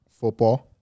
football